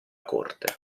corte